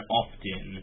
often